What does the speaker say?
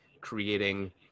creating